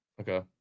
okay